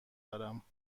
دارم